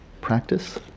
practice